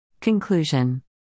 Conclusion